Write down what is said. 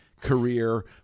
career